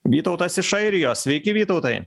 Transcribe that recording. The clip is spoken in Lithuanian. vytautas iš airijos sveiki vytautai